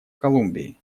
колумбии